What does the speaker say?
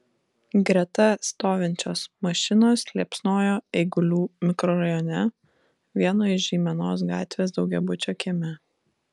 greta stovinčios mašinos liepsnojo eigulių mikrorajone vieno iš žeimenos gatvės daugiabučio kieme